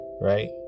right